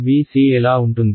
V c ఎలా ఉంటుంది